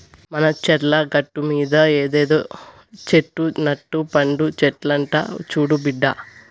మన చర్ల గట్టుమీద ఇదేదో చెట్టు నట్ట పండు చెట్లంట చూడు బిడ్డా